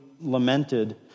lamented